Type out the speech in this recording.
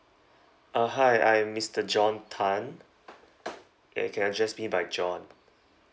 uh hi I'm mister john tan and can address me by john